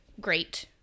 great